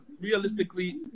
realistically